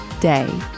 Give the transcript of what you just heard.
day